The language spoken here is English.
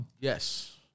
Yes